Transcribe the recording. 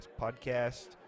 Podcast